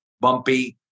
bumpy